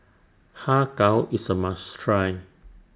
Har Kow IS A must Try